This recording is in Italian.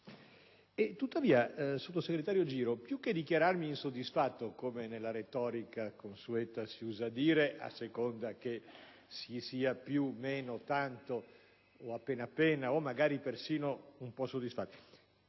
Tuttavia, onorevole Giro, più che dichiararmi insoddisfatto (come nella retorica consueta si usa dire, a seconda che si sia più, meno, tanto, appena appena o magari persino un po' soddisfatti),